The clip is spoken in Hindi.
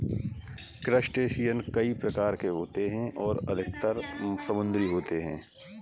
क्रस्टेशियन कई प्रकार के होते हैं और अधिकतर समुद्री होते हैं